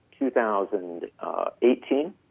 2018